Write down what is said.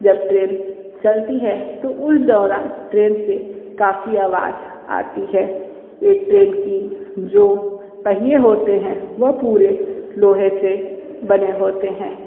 जब ट्रेन चलती है तो उस दौरान ट्रेन से काफ़ी आवाज आती है ये ट्रेन की जो पहिये होते हैं वह पूरे लोहे से बने होते हैं